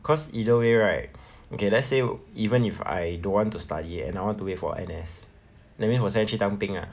cause either way right okay let's say even if I don't want to study and I want to wait for N_S that means 我现在去当兵 lah